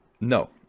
No